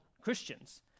Christians